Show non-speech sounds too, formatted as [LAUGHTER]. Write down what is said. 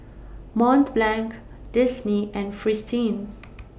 Mont Blanc Disney and Fristine [NOISE]